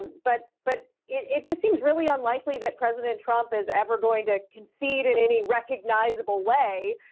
but but it it just seems really unlikely that president trump is ever going to concede in any recognizable way,